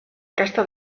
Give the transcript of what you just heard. aquesta